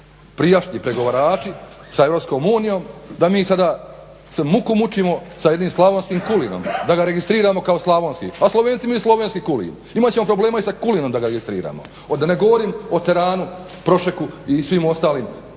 prijašnjih pregovarači sa Europskom unijom da mi sada muku mučimo sa jednim slavonskim kulinom da ga registriramo kao slavonski, a slovenci imaju slovenski kulin. Imat ćemo problema i sada kulinom da ga registriramo, da ne govorim o teranu, prošeku i svim ostalim